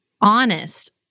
honest